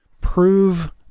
prove